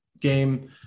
game